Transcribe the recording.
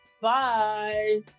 Bye